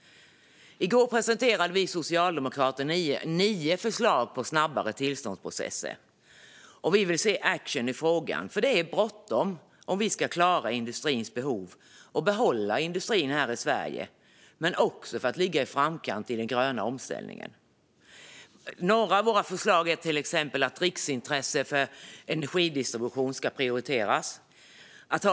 I går presenterade vi socialdemokrater nio förslag på snabbare tillståndsprocesser. Vi vill se action i frågan. Det är bråttom om vi ska klara industrins behov och behålla industrin här i Sverige men också för att ligga i framkant i den gröna omställningen. Några av våra förslag är till exempel att riksintresset för energidistribution ska prioriteras.